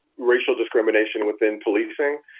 racial discrimination within policing?